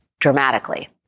dramatically